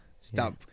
Stop